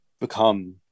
become